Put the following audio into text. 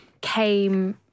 came